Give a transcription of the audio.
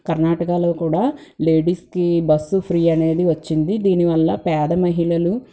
కార్ణాటకాలో కూడా లేడీస్కి bus free అనేది వచ్చింది దీని వల్ల పేద మహిళలు